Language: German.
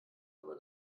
aber